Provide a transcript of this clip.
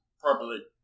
properly